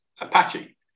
Apache